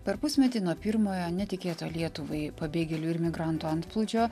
per pusmetį nuo pirmojo netikėto lietuvai pabėgėlių ir migrantų antplūdžio